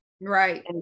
Right